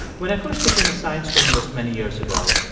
when i first became a science journalist many years ago,